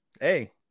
hey